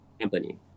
company